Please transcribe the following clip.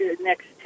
next